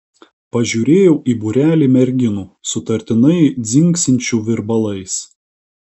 pažiūrėjau į būrelį merginų sutartinai dzingsinčių virbalais